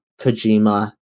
Kojima